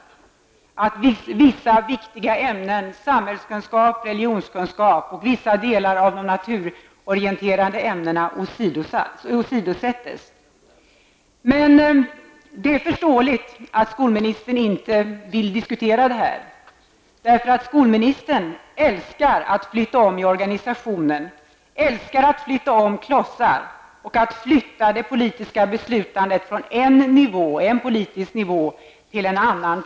Och är det bra att vissa ämnen -- samhällskunskap, religionskunskap och naturorienterande ämnen i vissa delar -- åsidosätts? Det är förståeligt att skolministern inte vill diskutera dessa saker. Skolministern älskar ju att flytta om i organisationen. Han älskar att flytta om klossar och att flytta det politiska beslutandet från en politisk nivå till en annan.